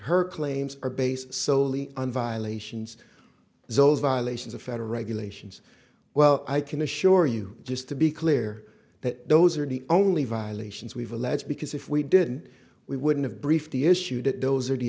her claims are based soley on violations those violations of federal regulations well i can assure you just to be clear that those are the only violations we've alleged because if we didn't we wouldn't have briefed the issue that those are the